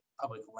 public